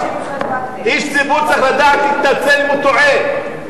איש ציבור צריך לדעת להתנצל אם הוא טועה.